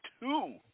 two